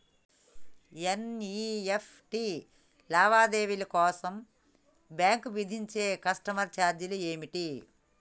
NEFT లావాదేవీల కోసం bank విధించే కస్టమర్ ఛార్జీలు ఏమిటి?